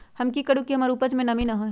हम की करू की हमर उपज में नमी न होए?